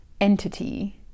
entity